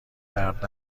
درد